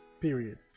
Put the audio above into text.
period